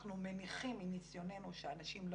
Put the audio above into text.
אנחנו מניחים מניסיוננו שאנשים לא